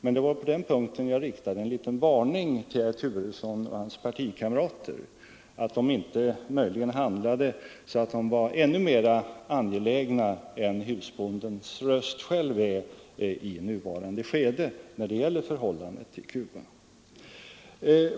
Men det var på den punkten jag riktade en liten varning till herr Turesson och hans partikamrater att de inte skulle handla så att de möjligen var ännu mera angelägna än vad husbondens röst själv anger i nuvarande skede när det gäller förhållandet till Cuba.